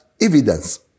evidence